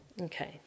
okay